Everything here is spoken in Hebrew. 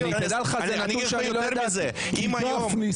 גם אותה אתה תוקף?